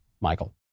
Michael